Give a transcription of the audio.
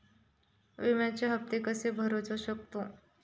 विम्याचे हप्ते कसे भरूचो शकतो?